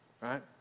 right